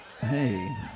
Hey